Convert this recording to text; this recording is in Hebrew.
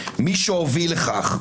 מי שהוביל לכך,